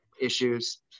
issues